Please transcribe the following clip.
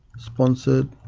sponsored